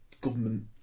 government